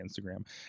Instagram